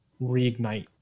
reignite